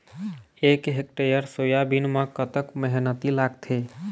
एक hectare soybean म कतक मेहनती लागथे?